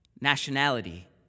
nationality